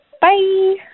Bye